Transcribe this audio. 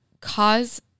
cause